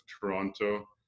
Toronto